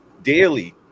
daily